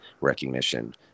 recognition